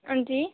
हंजी